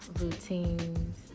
routines